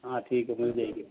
हाँ ठीक है मिल जाएगी